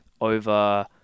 Over